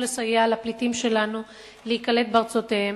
לסייע לפליטים שלנו להיקלט בארצותיהן,